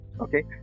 okay